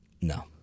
No